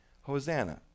Hosanna